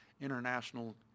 international